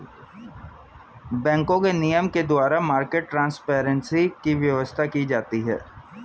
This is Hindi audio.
बैंकों के नियम के द्वारा मार्केट ट्रांसपेरेंसी की व्यवस्था की जाती है